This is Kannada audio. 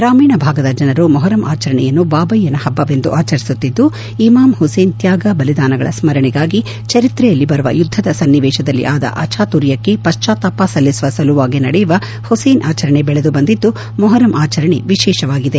ಗ್ರಾಮೀಣ ಭಾಗದ ಜನರು ಮೊಹರಂ ಆಚರಣೆಯನ್ನು ಬಾಬಯ್ದನ ಹಬ್ಬವೆಂದು ಆಚರಿಸುತ್ತಿದ್ದು ಇಮಾಮ್ ಹುಸೇನ್ ತ್ನಾಗ ಬಲಿದಾನಗಳ ಸ್ಕರಣೆಗಾಗಿ ಚರಿತ್ರೆಯಲ್ಲಿ ಬರುವ ಯುದ್ಧದ ಸನ್ನಿವೇಶದಲ್ಲಿ ಆದ ಅಜಾತುರ್ಯಕ್ಕೆ ಪಶ್ಚಾತ್ನಾಪ ಸಲ್ಲಿಸುವ ಸಲುವಾಗಿ ನಡೆಯುವ ಹುಸೇನ್ ಆಚರಣೆ ಬೆಳೆದು ಬಂದಿದ್ದು ಮೊಹರಂ ಆಚರಣೆ ವಿಶೇಷವಾಗಿದೆ